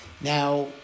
Now